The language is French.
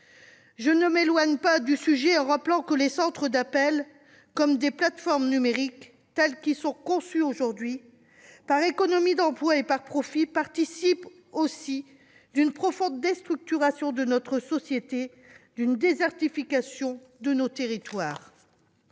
Je ne m'éloigne pas du sujet en rappelant que les centres d'appels, comme les plateformes numériques, tels qu'ils sont conçus aujourd'hui, par économie d'emplois et par profits, participent aussi d'une profonde déstructuration de notre société et d'une désertification de nos territoires.